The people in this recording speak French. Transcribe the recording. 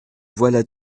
voilà